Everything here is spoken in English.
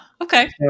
okay